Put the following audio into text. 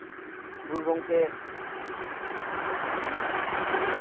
ᱜᱩᱨᱩ ᱜᱚᱝᱠᱮ